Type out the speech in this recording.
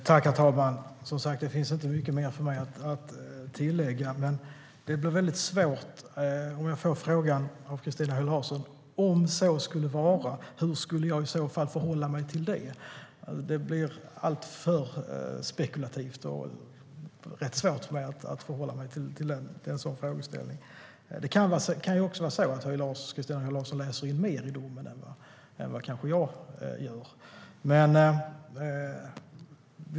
Herr talman! Det finns inte mycket mer för mig att tillägga. Jag får frågan från Christina Höj Larsen: Om så skulle vara, hur skulle jag i så fall förhålla mig till det? Det blir alltför spekulativt, och det är rätt svårt för mig att förhålla mig till en sådan frågeställning. Det kan vara så att Christina Höj Larsen läser in mer i domen än vad kanske jag gör.